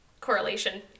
correlation